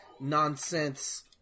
nonsense